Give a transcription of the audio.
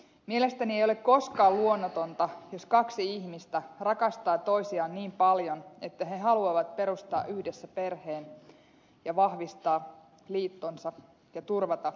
mielestäni ei ole koskaan luonnotonta jos kaksi ihmistä rakastavat toisiaan niin paljon että he haluavat perustaa yhdessä perheen ja vahvistaa liittonsa ja turvata lapsensa aseman